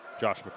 Josh